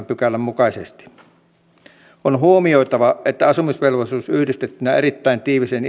pykälän mukaisesti on huomioitava että asumisvelvollisuus yhdistettynä erittäin tiiviiseen